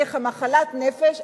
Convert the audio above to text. כמחלת נפש,